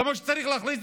כמו שצריך להרחיק,